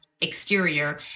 exterior